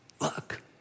look